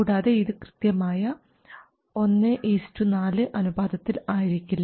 കൂടാതെ ഇത് കൃത്യമായ 1 4 അനുപാതത്തിൽ ആയിരിക്കില്ല